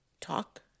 talk